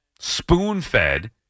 spoon-fed